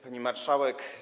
Pani Marszałek!